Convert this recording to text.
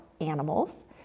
animals